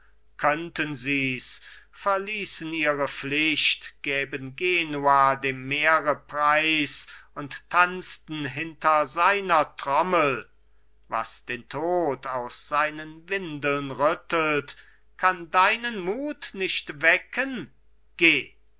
könnten sies verließen ihre pflicht gäben genua dem meere preis und tanzten hinter seiner trommel was den tod aus seinen windeln rüttelt kann deinen mut nicht wecken geh